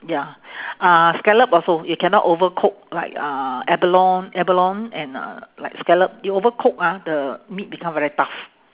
ya uh scallop also you cannot overcook like uh abalone abalone and uh like scallop you overcook ah the meat become very tough